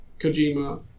Kojima